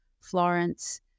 Florence